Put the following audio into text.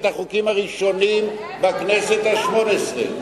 החוקים הראשונים בכנסת השמונה-עשרה.